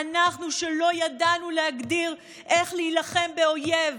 אנחנו, שלא ידענו להגדיר איך להילחם באויב,